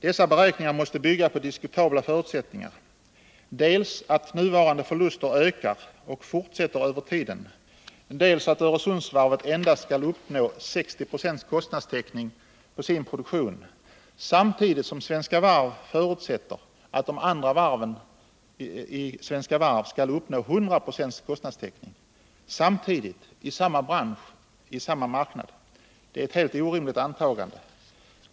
Dessa beräkningar bygger på diskutabla förutsättningar, dels att nuvarande förluster består och kommer att öka i framtiden, dels att Öresundsvarvet endast skall uppnå 60 90 kostnadstäckning på sin produktion samtidigt som Svenska Varv förutsätter att de andra varven inom koncernen skall uppnå 100 26 kostnadstäckning. Det är ett orimligt antagande, eftersom detta skall ske samtidigt, i samma bransch och på samma marknad.